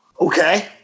Okay